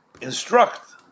instruct